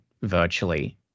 virtually